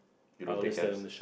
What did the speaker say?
you no take cabs